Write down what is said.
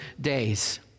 days